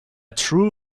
true